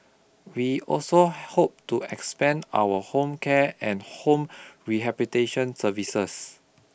we also hope to expand our home care and home rehabitation services